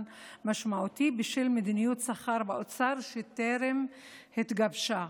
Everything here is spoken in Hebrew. משמעותי בשל מדיניות שכר באוצר שטרם התגבשה.